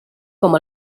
com